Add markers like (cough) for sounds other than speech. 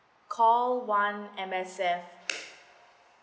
call one M_S_F (noise)